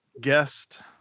guest